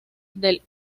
del